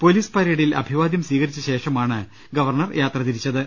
police പരേ ഡിൽ അഭിവാദ്യം സ്വീകരിച്ചശേഷമാണ് ഗവർണർ യാത്ര തിരിച്ചത്